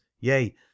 yea